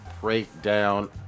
breakdown